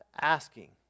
asking